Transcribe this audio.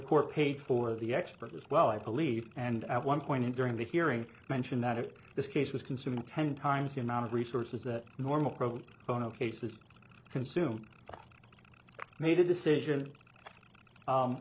court paid for the expertly well i believe and i one point in during the hearing mentioned that if this case was consuming ten times the amount of resources that normal pro bono cases consume made a decision